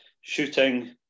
shooting